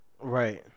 Right